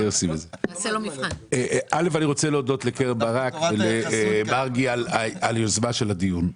אני רוצה להודות לקרן ברק ולמרגי על היוזמה של הדיון.